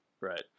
Right